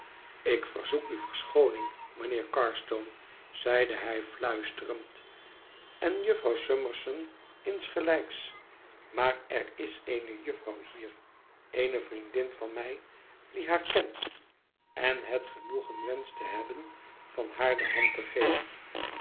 ik verzoek u verschooning mijnheer carstone zeide hij fluisterend en jufvrouw summerson insgelijks maar er is eene jufvrouw hier eene vriendin van mij die haar kent en het genoegen wenscht te hebben van haar de hand te geven